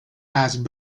asked